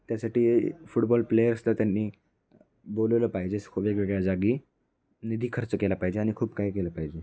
त्यासाठी football players तर त्यांनी बोलावलं पाहिजे असं वेगवेगळ्या जागी निधी खर्च केला पाहिजे आणि खूप काय केलं पाहिजे